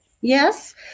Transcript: Yes